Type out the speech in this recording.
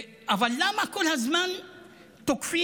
אבל למה כל הזמן תוקפים